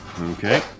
Okay